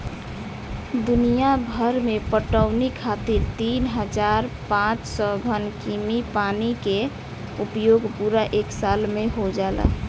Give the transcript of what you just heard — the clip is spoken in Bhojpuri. दुनियाभर में पटवनी खातिर तीन हज़ार पाँच सौ घन कीमी पानी के उपयोग पूरा एक साल में हो जाला